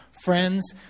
friends